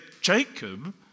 Jacob